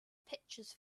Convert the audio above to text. pictures